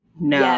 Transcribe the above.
No